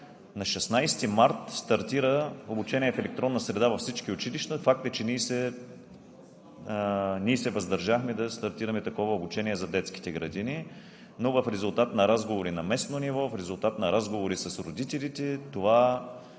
На 16 март стартира обучение в електронна среда във всички училища. Факт е, че ние се въздържахме да стартираме такова обучение за детските градини. Но в резултат на разговори на местно ниво, в резултат на разговори с родителите това